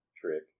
Trick